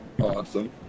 Awesome